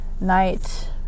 night